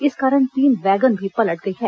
इस कारण तीन ँ वैगन भी पलट गई है